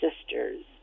sisters